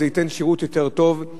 זה ייתן שירות יותר טוב,